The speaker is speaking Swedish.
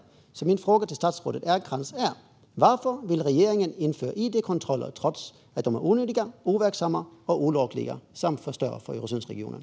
Varför vill regeringen, statsrådet Ernkrans, införa id-kontroller trots att de är onödiga, overksamma och olagliga samt förstör för Öresundsregionen?